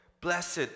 blessed